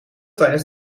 tijdens